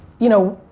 you know.